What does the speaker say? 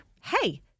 hey